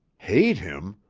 hate him!